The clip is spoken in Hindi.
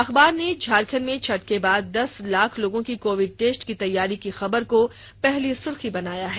अखबार ने झारखंड में छठ के बाद दस लाख लोगों की कोविड टेस्ट की तैयारी की खबर को पहली सुर्खी बनाया है